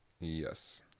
Yes